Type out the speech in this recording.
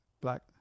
black